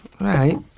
Right